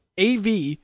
AV